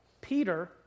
Peter